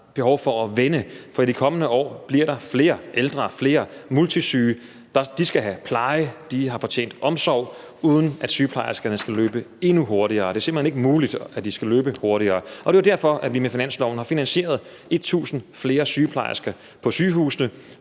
behov for at vende, for i de kommende år bliver der flere ældre og flere multisyge. De skal have pleje, og de fortjener omsorg, uden at sygeplejerskerne skal løbe endnu hurtigere. Og det er simpelt hen ikke muligt for dem at løbe hurtigere. Det er jo derfor, vi med finansloven har finansieret, at der kan ansættes 1.000 flere sygeplejersker på sygehusene,